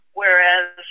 whereas